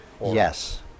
Yes